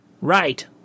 Right